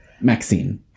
Maxine